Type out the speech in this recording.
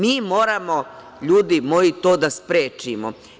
Mi moramo, ljudi moji, to da sprečimo.